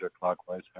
clockwise